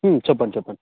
చెప్పండి చెప్పండి